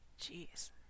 Jeez